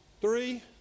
three